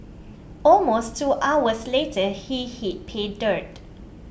almost two hours later he hit pay dirt